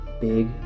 big